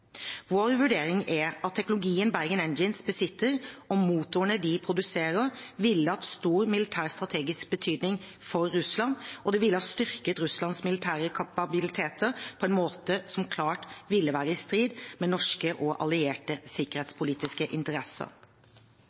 Vår vurdering er at teknologien Bergen Engines besitter, og motorene de produserer, ville hatt stor militær strategisk betydning for Russland, og det ville ha styrket Russlands militære kapabiliteter på en måte som klart ville være i strid med norske og allierte sikkerhetspolitiske interesser.